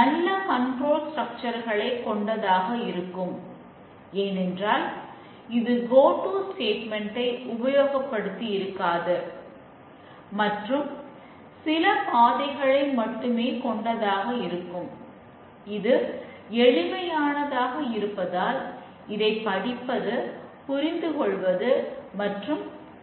எனவே நாம் unit testing ஒன்றாக இணைக்கிறோம் மற்றும் அதில் ஏதேனும் பிரச்சனைகள் இருக்கும் போது அதற்கான இணைப்பை சரி